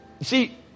See